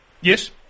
Yes